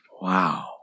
Wow